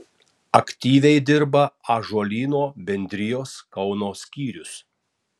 aktyviai dirba ąžuolyno bendrijos kauno skyrius